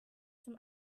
zum